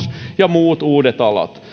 ja muut uudet alat